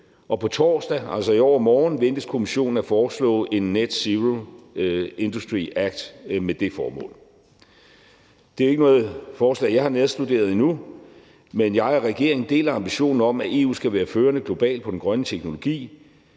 på torsdag, altså i overmorgen, ventes Kommissionen at foreslå en net zero industry act med det formål. Det er ikke noget forslag, jeg har nærstuderet endnu, men jeg og regeringen deler ambitionen om, at EU skal være førende globalt på den grønne teknologi.